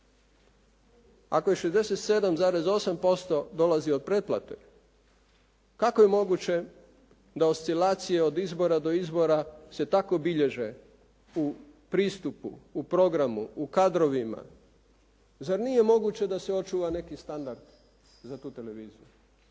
Ako je 67,8% dolazi od pretplate, ako je moguće da oscilacije od izbora do izbora se tako bilježe u pristupu, u programu, u kadrovima. Zar nije moguće da se očuva neki standard za tu televiziju?